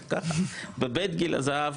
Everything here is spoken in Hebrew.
בבית גיל הזהב,